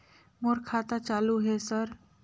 मोर खाता चालु हे सर?